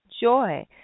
Joy